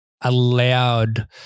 allowed